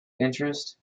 interest